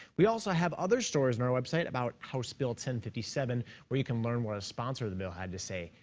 we also have other stories on and our website about house bill ten fifty seven, where you can learn what a sponsor of the bill had to say.